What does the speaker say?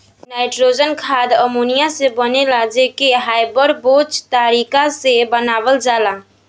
nitrogen खाद ammonia से बनेला जे के हैबर बोच तारिका से बनावल जाला